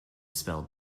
spell